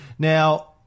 Now